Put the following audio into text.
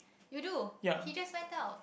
you do he just find out